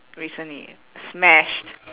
recently smashed